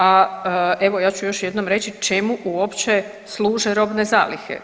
A evo ja ću još jednom reći čemu uopće služe robne zalihe.